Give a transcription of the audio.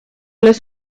los